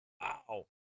Wow